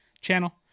channel